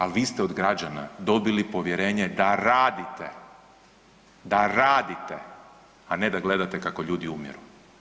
Ali vi ste od građana dobili povjerenje da radite, da radite, a ne da gledate kako ljudi umiru.